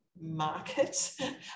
market